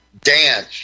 dance